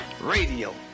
Radio